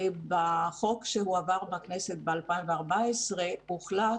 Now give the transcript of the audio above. בחוק שהועבר בכנסת ב-2014 הוחלט